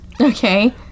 okay